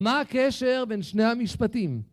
מה הקשר בין שני המשפטים?